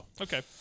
Okay